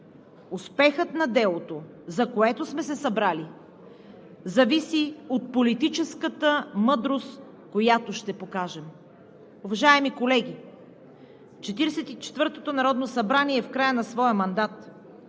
„Успехът на делото, за което сме се събрали, зависи от политическата мъдрост, която ще покажем.“ Уважаеми колеги, 44-тото народно събрание е в края на своя мандат.